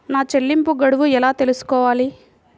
నా చెల్లింపు గడువు ఎలా తెలుసుకోవాలి?